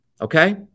okay